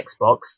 Xbox